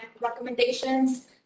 recommendations